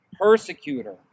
persecutor